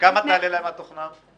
וכמה תעלה להם התוכנה?